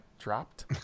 dropped